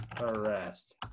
Arrest